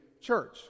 church